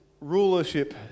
rulership